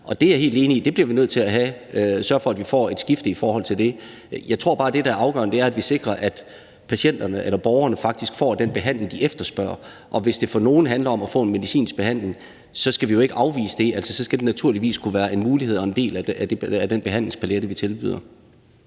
der er jeg helt enig i, at vi bliver nødt til at sørge for, at vi får et skifte i forhold til det. Jeg tror bare, at det, der er afgørende, er, at vi sikrer, at borgerne faktisk får den behandling, de efterspørger, og hvis det for nogle handler om at få en medicinsk behandling, skal vi jo ikke afvise det – så skal det naturligvis kunne være en mulighed og en del af den behandlingspalet, vi tilbyder.